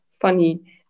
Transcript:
funny